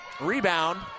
Rebound